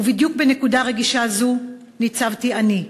ובדיוק בנקודה רגישה זו ניצבתי אני,